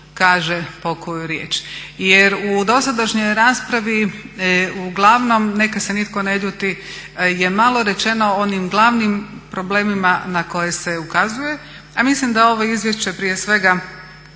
kaže pokoju riječ. Jer u dosadašnjoj raspravi uglavnom neka se nitko ne ljuti je malo rečeno o onim glavnim problemima na koje se ukazuje. A mislim da ovo izvješće prije svega